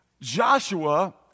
Joshua